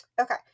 Okay